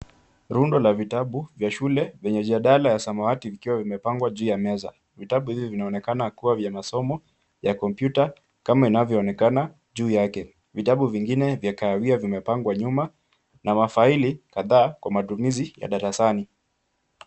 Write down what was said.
Rundo la vitabu vya shule vyenye jadala ya samawati vikiwa vimepangwa juu ya meza. Vitabu hivi vinaonekana kuwa vya masomo ya kompyuta kama inavyoonekana juu yake. Vitabu vingine vya kahawia vimepangwa nyuma na mafaili kadhaa kwa matumizi ya darasani.